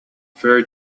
fairy